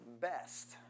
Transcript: best